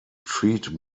treat